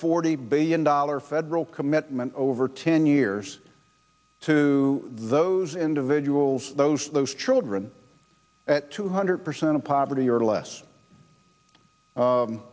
forty billion dollar federal commitment over ten years to those individuals those children at two hundred percent of poverty or less